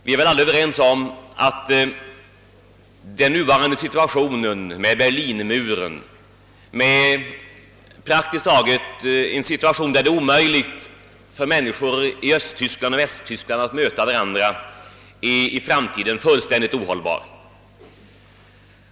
Vi är alla överens om att den nuvarande situationen, där det bl.a. på grund av Berlinmuren är praktiskt taget omöjligt för människor från Östoch Västtyskland att träffas, i framtiden är fullständigt ohållbar.